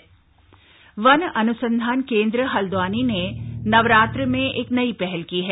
देवी वाटिका वन अनुसंधान केंद्र हल्दवानी ने नवरात्र में एक नई पहल की है